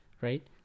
right